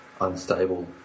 unstable